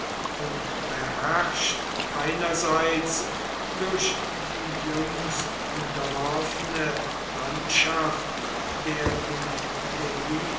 und beherrscht einerseits durch die jüngst unterworfene landschaft der